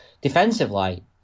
Defensively